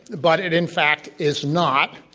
but it in fact is not.